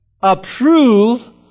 approve